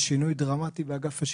מאז יש שינוי דרמטי באגף השיקום,